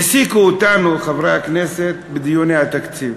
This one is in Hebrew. העסיקו אותנו, חברי הכנסת, בדיוני התקציב.